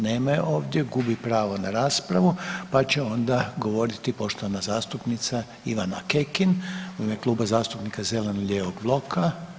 Nema je ovdje, gubi pravo na raspravu, pa će onda govoriti poštovana zastupnica Ivana Kekin u ime Kluba zastupnika zeleno-lijevog bloka.